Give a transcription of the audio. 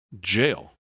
jail